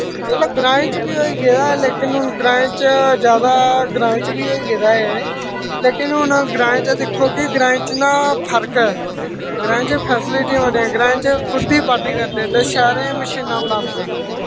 चलो ग्राएं बिच्च बी होई गेदा ऐ लेकिन हून ग्राएं च बी होई गेदा ऐ लेकिन हून ग्राएं च दिक्खो ग्राएं च फर्क ऐ ग्राएं च फैसलिटियां बड़ियां ग्राएं च खुद ई बाह्ड्डी करदे ते शैह्र च मशीनां बलांदे